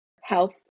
health